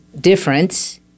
difference